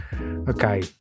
Okay